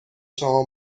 شما